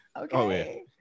Okay